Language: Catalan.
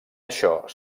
això